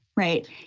Right